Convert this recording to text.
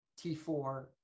T4